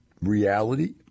reality